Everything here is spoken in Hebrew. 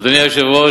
אדוני היושב-ראש,